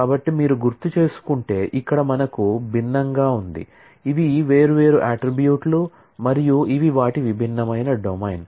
కాబట్టి మీరు గుర్తుచేసుకుంటే ఇక్కడ మనకు భిన్నంగా ఉంది ఇవి వేర్వేరు అట్ట్రిబ్యూట్ లు మరియు ఇవి వాటి విభిన్న డొమైన్